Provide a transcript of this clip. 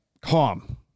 calm